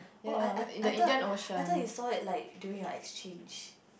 oh I I I thought I thought you saw it like during your exchange